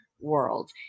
world